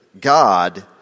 God